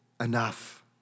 enough